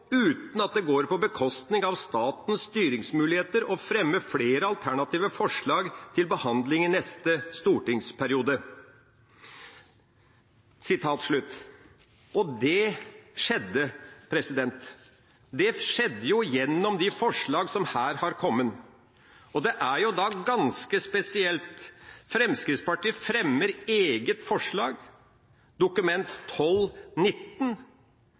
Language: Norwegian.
uten at det går på bekostning av statens styringsmulighet og fremme flere alternative forslag til behandling i neste stortingsperiode.» Og dét skjedde – det skjedde gjennom de forslagene som her har kommet, og det er jo da ganske spesielt: Fremskrittspartiet fremmer eget forslag, Dokument